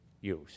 use